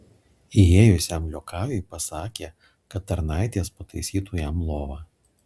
įėjusiam liokajui pasakė kad tarnaitės pataisytų jam lovą